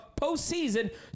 postseason